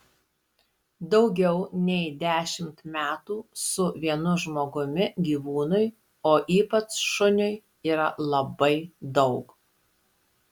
daugiau nei dešimt metų su vienu žmogumi gyvūnui o ypač šuniui yra labai daug